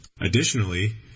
Additionally